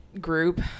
group